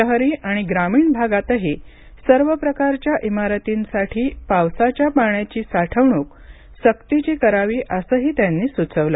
शहरी आणि ग्रामीण भागातही सर्व प्रकारच्या इमारतींसाठी पावसाच्या पाण्याची साठवणूक सक्तीची करावी असंही त्यांनी सुचवलं